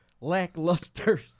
lackluster